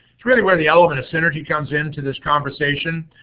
it's really where the element of synergy comes into this conversation.